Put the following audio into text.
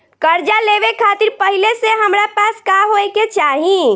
कर्जा लेवे खातिर पहिले से हमरा पास का होए के चाही?